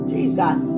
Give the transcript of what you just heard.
Jesus